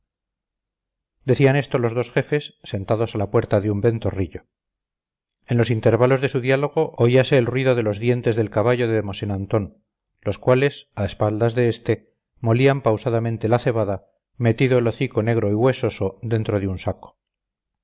decían esto los dos jefes sentados a la puerta de un ventorrillo en los intervalos de su diálogo oíase el ruido de los dientes del caballo de mosén antón los cuales a espaldas de este molían pausadamente la cebada metido el hocico negro y huesoso dentro de un saco